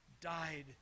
died